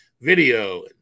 video